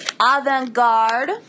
avant-garde